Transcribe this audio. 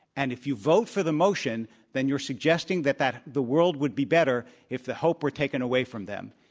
and if you vote for the motion, then you're suggesting that that the world would be better if the hope were taken away from them.